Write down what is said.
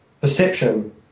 perception